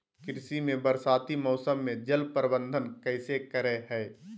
कृषि में बरसाती मौसम में जल प्रबंधन कैसे करे हैय?